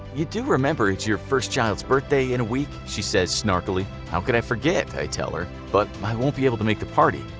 you do remember it's your first child's birthday in a week, she says snarkily? how could i forget i tell her, but i won't be able to make the party.